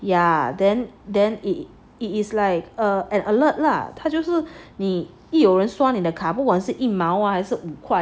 ya then then it is like a an alert lah 他就是你一有人刷你的卡不管是一毛五快